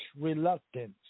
reluctance